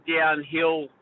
downhill